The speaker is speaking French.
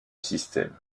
système